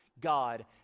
God